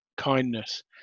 kindness